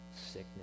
sickness